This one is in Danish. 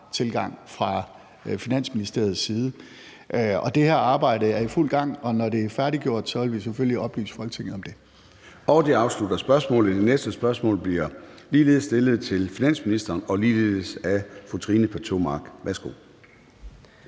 forklar-tilgang fra Finansministeriets side. Det her arbejde er i fuld gang, og når det er færdiggjort, vil vi selvfølgelig oplyse Folketinget om det. Kl. 13:08 Formanden (Søren Gade): Det afslutter spørgsmålet. Det næste spørgsmål bliver ligeledes stillet til finansministeren og ligeledes af fru Trine Pertou Mach.